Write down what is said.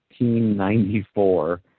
1994